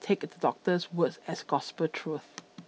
take the doctor's word as gospel truth